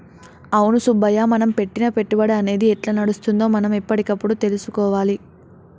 అవును సుబ్బయ్య మనం పెట్టిన పెట్టుబడి అనేది ఎట్లా నడుస్తుందో మనం ఎప్పటికప్పుడు తెలుసుకోవాలి